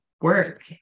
work